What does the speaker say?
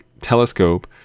telescope